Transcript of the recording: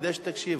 כדאי שתקשיבו.